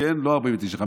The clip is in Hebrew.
לא 49,